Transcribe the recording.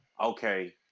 Okay